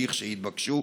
לכשיתבקשו?